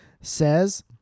says